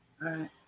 right